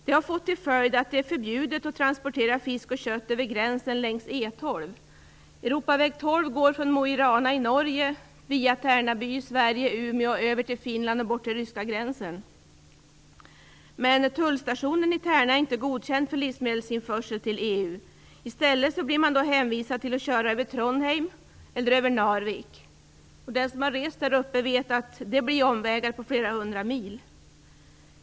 Det har fått till följd att det är förbjudet att transportera fisk och kött över gränsen längs Europaväg 12. Umeå i Sverige över till Finland och vidare bort till den ryska gränsen. Tullstationen i Tärna är inte godkänd för livsmedelsinförsel till EU. I stället blir man hänvisad till att köra över Trondheim eller Narvik. Den som har rest där uppe vet att det blir fråga om omvägar på flera hundra mil.